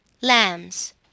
lambs